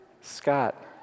Scott